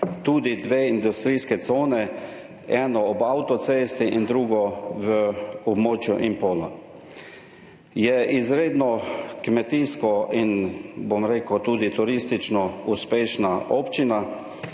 tudi dve industrijski coni, eno ob avtocesti in drugo v območju Impola. Je izredno kmetijsko in tudi turistično uspešna občina,